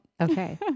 Okay